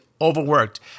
Overworked